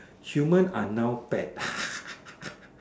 human are now pet